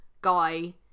guy